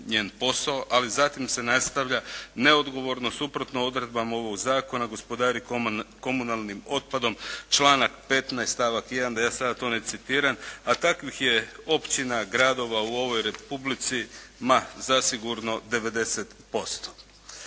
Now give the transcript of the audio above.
posao. Ali zatim se nastavlja “neodgovorno, suprotno odredbama ovog zakona gospodari komunalnim otpadom“ članak 15. stavak 1. da ja to sada ne citiram, a takvih je općina, gradova u ovoj Republici, ma zasigurno 90%.